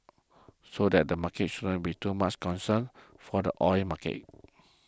so that the market shouldn't be too much of a concern for the oil market